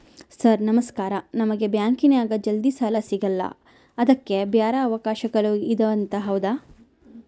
Sir ನಮಸ್ಕಾರ ನಮಗೆ ಬ್ಯಾಂಕಿನ್ಯಾಗ ಜಲ್ದಿ ಸಾಲ ಸಿಗಲ್ಲ ಅದಕ್ಕ ಬ್ಯಾರೆ ಅವಕಾಶಗಳು ಇದವಂತ ಹೌದಾ?